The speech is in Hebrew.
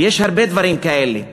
ויש הרבה דברים כאלה.